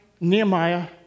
Nehemiah